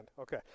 Okay